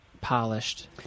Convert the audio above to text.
polished